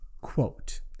Quote